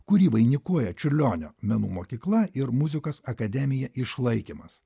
kurį vainikuoja čiurlionio menų mokykla ir muzikos akademija išlaikymas